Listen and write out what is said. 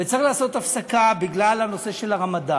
וצריך לעשות הפסקה בגלל הרמדאן,